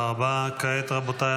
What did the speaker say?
-- את הרמטכ"ל,